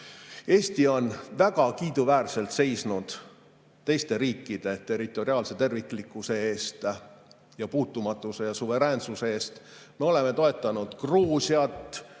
Eesti on väga kiiduväärselt seisnud teiste riikide territoriaalse terviklikkuse, puutumatuse ja suveräänsuse eest. Me oleme toetanud Gruusiat.